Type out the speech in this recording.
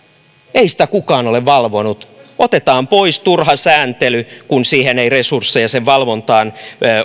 ei sitä kukaan ole valvonut otetaan pois turha sääntely kun ei resursseja sen valvotaan